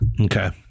Okay